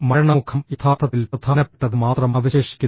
മരണമുഖം യഥാർത്ഥത്തിൽ പ്രധാനപ്പെട്ടത് മാത്രം അവശേഷിക്കുന്നു